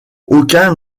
aucun